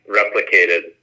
replicated